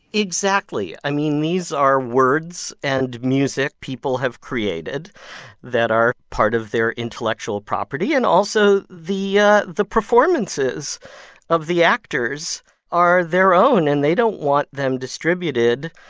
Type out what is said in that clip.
exactly. i mean, these are words and music people have created that are part of their intellectual property. and also, the ah the performances of the actors are their own. and they don't want them distributed.